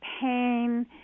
pain